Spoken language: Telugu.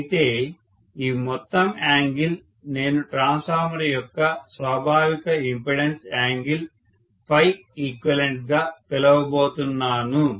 అయితే ఈ మొత్తం యాంగిల్ నేను ట్రాన్స్ఫార్మర్ యొక్క స్వాభావిక ఇంపెడెన్స్ యాంగిల్ eqగా పిలవబోతున్నాను